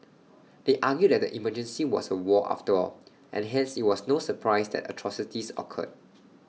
they argue that the emergency was A war after all and hence IT was no surprise that atrocities occurred